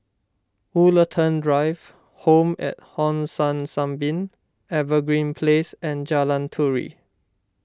Woollerton Drive Home at Hong San Sunbeam Evergreen Place and Jalan Turi